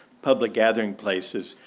public gathering places,